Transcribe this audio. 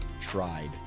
tried